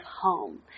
home